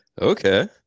Okay